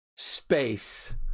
space